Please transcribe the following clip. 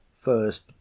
first